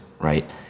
right